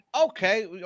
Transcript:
okay